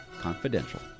Confidential